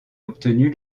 obtenu